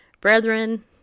Brethren